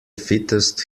fittest